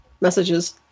messages